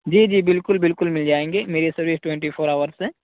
جی جی بالکل بالکل مل جائیں گے میری سروس ٹونٹی فور آورس ہے